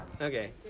Okay